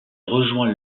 rejoint